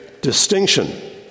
distinction